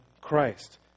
Christ